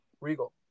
Regal